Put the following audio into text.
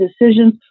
decisions